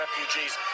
refugees